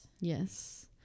yes